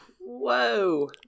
Whoa